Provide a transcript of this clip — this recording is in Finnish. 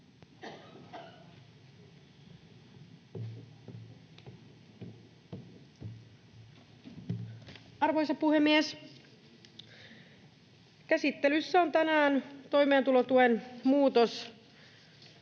Arvoisa puhemies! Käsittelyssä on tänään toimeentulotuen muutos,